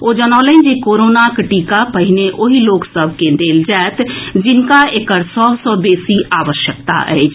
ओ जनौलनि जे कोरोना टीका पहिने ओहि लोक सभ के देल जाएत जिनका एकर सभ सँ बेसी आवश्यकता अछि